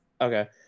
Okay